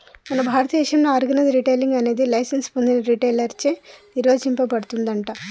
మన భారతదేసంలో organise retailing అనేది లైసెన్స్ పొందిన రిటైలర్ చే నిర్వచించబడుతుందంట